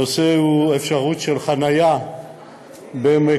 הנושא הוא אפשרות לחניה במקומות,